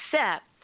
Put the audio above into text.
accept